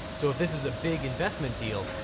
so if this is a big investment deal,